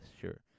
sure